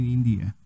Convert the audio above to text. India